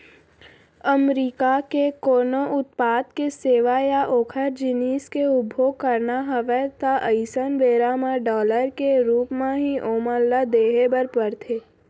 अमरीका के कोनो उत्पाद के सेवा या ओखर जिनिस के उपभोग करना हवय ता अइसन बेरा म डॉलर के रुप म ही ओमन ल देहे बर परथे